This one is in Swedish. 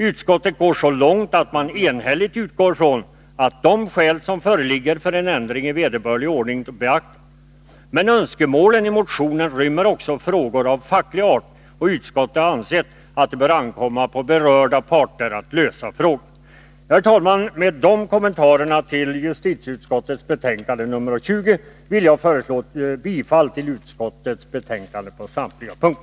Utskottet går så långt att man enhälligt utgår från att de skäl som föreligger för en ändring beaktas i vederbörlig ordning. Men önskemålen i motionen rymmer också frågor av facklig art, och utskottet anser att det bör ankomma på berörda parter att lösa frågan. Herr talman! Med dessa kommentarer till justitieutskottets betänkande nr 20 yrkar jag bifall till dess hemställan på samtliga punkter.